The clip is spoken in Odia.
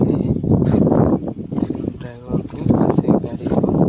ସେ ଡ୍ରାଇଭର୍କୁ ସେ ଗାଡ଼ିକୁ